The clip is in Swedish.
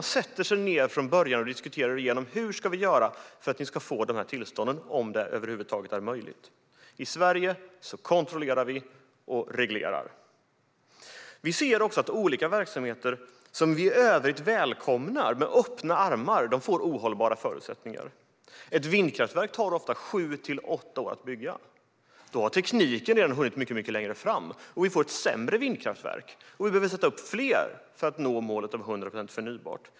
Man sätter sig ner från början och diskuterar: Hur ska vi göra för att ni ska få de här tillstånden - om det över huvud taget är möjligt? I Sverige kontrollerar och reglerar vi. Vi ser också att olika verksamheter som vi i övrigt välkomnar med öppna armar får ohållbara förutsättningar. Ett vindkraftverk tar ofta sju till åtta år att bygga. Då har tekniken hunnit mycket längre fram, så vi får ett sämre vindkraftverk och behöver sätta upp fler för att nå målet om 100 procent förnybart.